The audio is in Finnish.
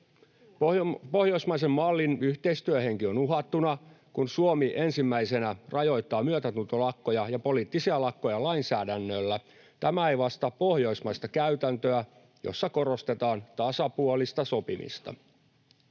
Pohjoismaisen mallin yhteistyöhenki on uhattuna, kun Suomi ensimmäisenä rajoittaa myötätuntolakkoja ja poliittisia lakkoja lainsäädännöllä. Tämä ei vastaa pohjoismaista käytäntöä, jossa korostetaan tasapuolista sopimista.